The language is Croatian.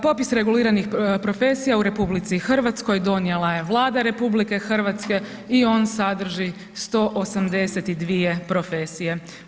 Popis reguliranih profesija u RH donijela je Vlada RH i on sadrži 182 profesije.